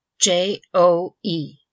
J-O-E